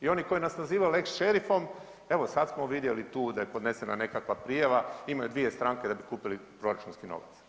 I oni koji nas nazivaju lex šerifom evo sad smo vidjeli tu da je podnesena nekakva prijava imaju dvije stranke da bi kupili proračunski novac.